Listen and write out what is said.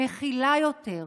מכילה יותר.